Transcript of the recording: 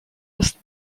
ist